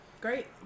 Great